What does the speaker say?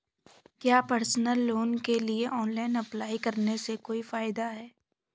क्या personal loan के लिए ऑनलाइन अप्लाई करने से कोई फायदा है?